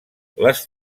les